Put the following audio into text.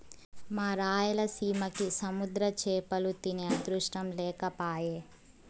మా రాయలసీమకి సముద్ర చేపలు తినే అదృష్టం లేకపాయె